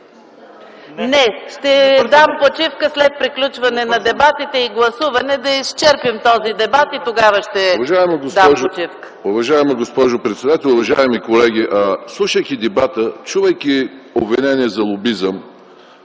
Ще дам почивка след приключване на дебатите и гласуване. Да изчерпим тези дебати и тогава ще дам почивката.